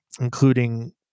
including